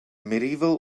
medieval